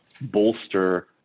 bolster